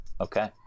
Okay